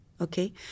okay